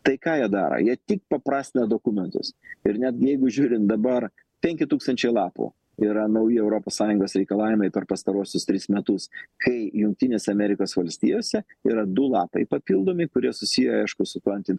tai ką jie daro jie tik paprastina dokumentus ir netgi jeigu žiūrint dabar penki tūkstančiai lapų yra nauji europos sąjungos reikalavimai per pastaruosius tris metus kai jungtinėse amerikos valstijose yra du lapai papildomi kurie susiję aišku supranti